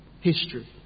history